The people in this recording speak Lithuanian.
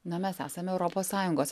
na mes esame europos sąjungos